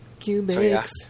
Cubics